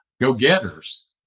go-getters